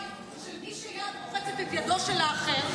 בידיים של מי שיד רוחצת את ידו של האחר,